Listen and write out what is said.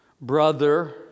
brother